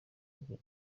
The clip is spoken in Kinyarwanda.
rye